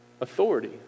Authority